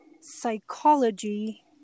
psychology